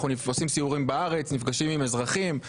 אנחנו עושים סיורים בארץ ונפגשים עם אזרחים.